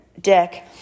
dick